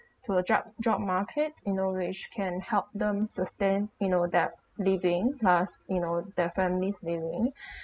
to a job job market you know which can help them sustain you know their living as you know their families living